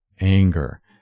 anger